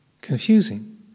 confusing